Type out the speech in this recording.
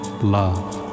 Love